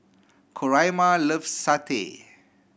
Coraima loves satay